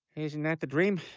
isn't that the dream?